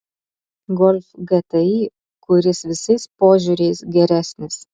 golf gti kuris visais požiūriais geresnis